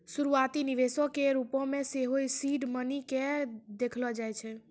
शुरुआती निवेशो के रुपो मे सेहो सीड मनी के देखलो जाय छै